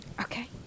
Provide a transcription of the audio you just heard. Okay